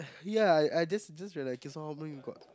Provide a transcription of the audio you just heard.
ya I just just realise okay so how many we got